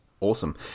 Awesome